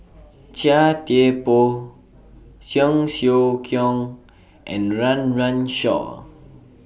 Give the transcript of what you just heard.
Chia Thye Poh Cheong Siew Keong and Run Run Shaw